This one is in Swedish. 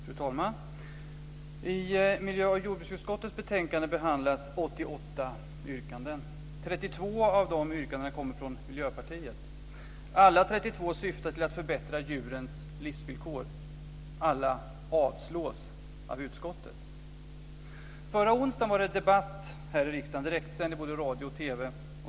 Fru talman! I miljö och jordbruksutskottets betänkande behandlas 88 yrkanden. 32 av dem kommer från Miljöpartiet. Alla 32 yrkandena syftar till att förbättra djurens livsvillkor. Alla avslås av utskottet. Förra onsdagen var det debatt här i riksdagen. Den direktsändes i både radio och TV.